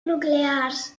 nuclears